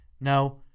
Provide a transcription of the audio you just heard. Now